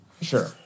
Sure